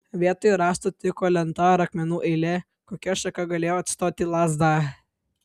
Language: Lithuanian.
vietoj rąsto tiko lenta ar akmenų eilė kokia šaka galėjo atstoti lazdą